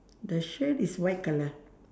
the shirt is white colour